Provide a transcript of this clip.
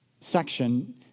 section